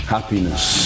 Happiness